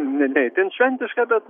ne ne itin šventiška bet